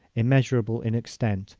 immeasurable in extent,